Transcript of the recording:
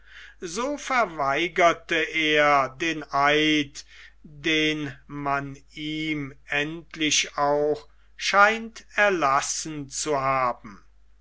so verweigerte er den eid den man ihm endlich auch scheint erlassen zu haben